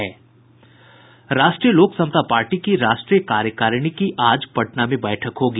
राष्ट्रीय लोक समता पार्टी की राष्ट्रीय कार्यकारिणी की आज पटना में बैठक होगी